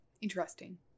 Interesting